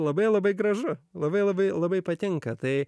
labai labai gražu labai labai labai patinka tai